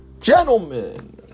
gentlemen